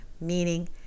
meaning